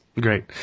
Great